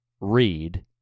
read